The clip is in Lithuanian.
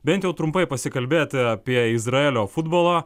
bent jau trumpai pasikalbėti apie izraelio futbolą